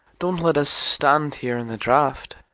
don't let us stand here in the draught.